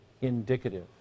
indicative